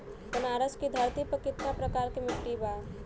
बनारस की धरती पर कितना प्रकार के मिट्टी बा?